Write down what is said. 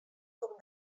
com